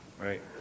Right